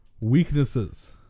Weaknesses